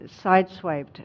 sideswiped